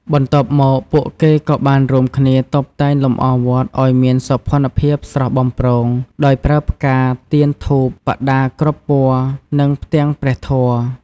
បន្ទាប់មក ពួកគេក៏បានរួមគ្នាតុបតែងលម្អវត្តឱ្យមានសោភ័ណភាពស្រស់បំព្រង ដោយប្រើផ្កា ទៀនធូប បដាគ្រប់ពណ៌ និងផ្ទាំងព្រះធម៌។